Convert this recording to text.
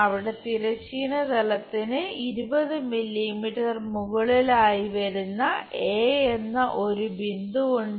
അവിടെ തിരശ്ചീന തലത്തിന് 20 മില്ലിമീറ്റർ മുകളിൽ ആയി വരുന്ന എ എന്ന ഒരു ബിന്ദു ഉണ്ട്